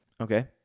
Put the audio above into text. okay